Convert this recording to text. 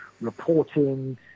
reporting